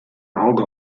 auge